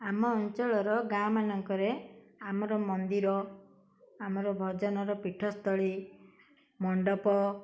ଆମ ଅଞ୍ଚଳର ଗାଁ ମାନଙ୍କରେ ଆମର ମନ୍ଦିର ଆମର ଭଜନର ପୀଠସ୍ଥଳୀ ମଣ୍ଡପ